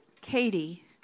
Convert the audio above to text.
Katie